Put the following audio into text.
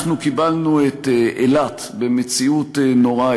אנחנו קיבלנו את אילת במציאות נוראה.